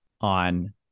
on